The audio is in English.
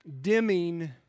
dimming